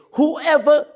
Whoever